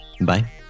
Bye